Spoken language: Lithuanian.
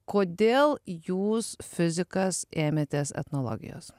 kodėl jūs fizikas ėmėtės etnologijos